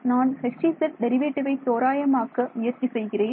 நான் Hz derivative ஐ தோராயமாக்க முயற்சி செய்கிறேன்